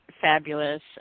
fabulous